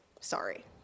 Sorry